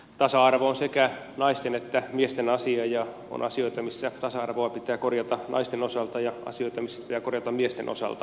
tasa arvo on sekä naisten että miesten asia ja on asioita missä tasa arvoa pitää korjata naisten osalta ja asioita missä sitä pitää korjata miesten osalta